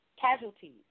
casualties